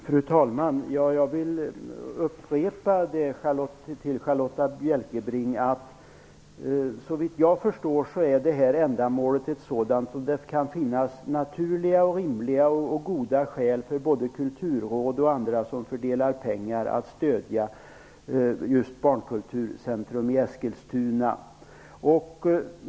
Fru talman! Jag vill upprepa för Charlotta L Bjälkebring att detta ändamål såvitt jag förstår är sådant att det kan finns rimliga och goda skäl för både Kulturrådet och andra som fördelar pengar att stödja Barnkulturcentrum i Eskilstuna.